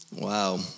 Wow